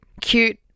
Cute